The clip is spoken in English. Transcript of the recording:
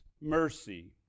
mercy